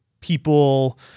people